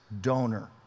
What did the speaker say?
donor